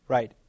Right